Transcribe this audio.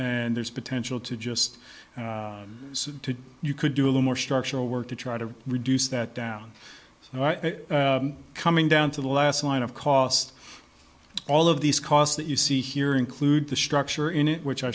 and there's potential to just to you could do a lot more structural work to try to reduce that down coming down to the last line of cost all of these costs that you see here include the structure in it which i